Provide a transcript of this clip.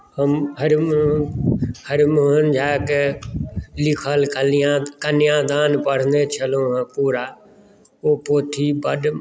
हम हरिमो हरिमोहन झाके लिखल कन्या कन्यादान पढ़ने छलहुँ हेँ पूरा ओ पोथी बड्ड